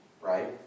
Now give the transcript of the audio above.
right